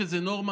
כשזה נורמה,